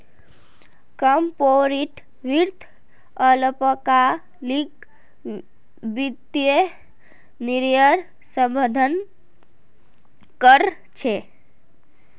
corporate वित्त अल्पकालिक वित्तीय निर्णयर प्रबंधन कर छे